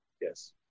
yes